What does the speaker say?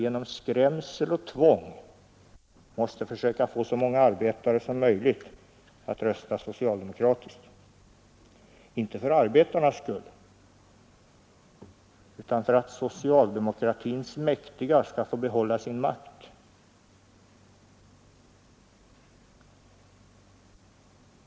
Genom skrämsel och tvång måste man försöka få så många arbetare som möjligt att rösta socialdemokratiskt — inte för arbetarnas skull, utan för att socialdemokratins mäktiga skall få behålla sin makt.